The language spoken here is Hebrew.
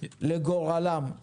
לגורלם,